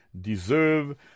deserve